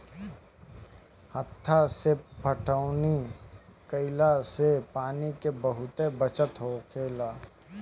हत्था से पटौनी कईला से पानी के बहुत बचत होखेला